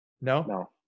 no